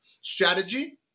strategy